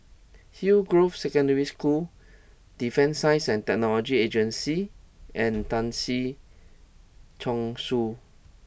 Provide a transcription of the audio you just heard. Hillgrove Secondary School Defence Science and Technology Agency and Tan Si Chong Su